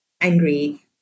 angry